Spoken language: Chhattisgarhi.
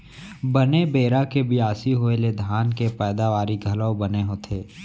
बने बेरा के बियासी होय ले धान के पैदावारी घलौ बने होथे